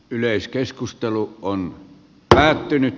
yleiskeskustelu on päättynyt